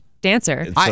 dancer